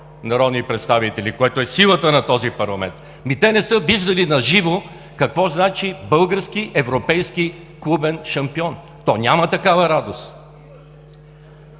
народни представители, което е силата на този парламент – ами, те не са виждали на живо какво значи български европейски клубен шампион. То, няма такава радост!